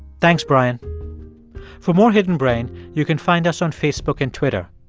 thanks, bryan for more hidden brain, you can find us on facebook and twitter.